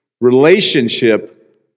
Relationship